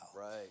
Right